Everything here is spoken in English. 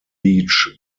beach